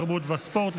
תרבות וספורט,